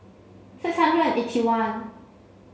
six hundred and eighty one